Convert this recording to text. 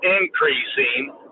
increasing